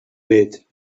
bit